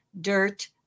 Dirt